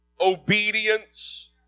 obedience